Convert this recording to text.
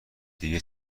دیگه